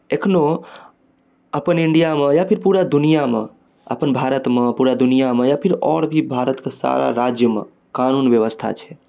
एखनो अपन इण्डिया मऽ या पूरा दुनिया मऽअपन भारत मऽ पूरा दुनिया मऽ या फेर या और भी भारत के सारा राज्य मऽ कानून व्यवस्था छै